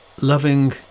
loving